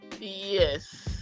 Yes